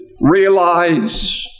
realize